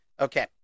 Okay